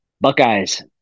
Buckeyes